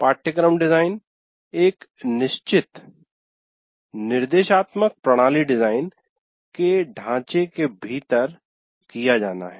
पाठ्यक्रम डिजाइन एक निश्चित "निर्देशात्मक प्रणाली डिजाइन" के ढांचे के भीतर किया जाना है